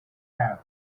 have